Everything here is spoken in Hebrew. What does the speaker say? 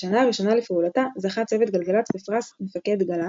בשנה הראשונה לפעולתה זכה צוות גלגלצ בפרס מפקד גל"צ,